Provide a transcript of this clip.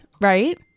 right